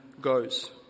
goes